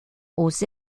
aux